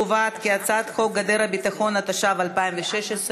גדר הביטחון, התשע"ו 2016,